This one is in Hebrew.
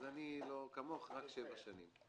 אז אני לא כמוך, רק שבע שנים.